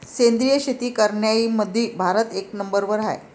सेंद्रिय शेती करनाऱ्याईमंधी भारत एक नंबरवर हाय